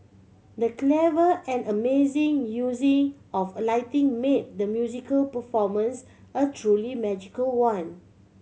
the clever and amazing using of a lighting made the musical performance a truly magical one